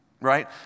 right